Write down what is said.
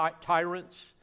tyrants